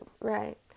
right